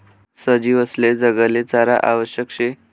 सजीवसले जगाले चारा आवश्यक शे